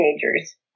teenagers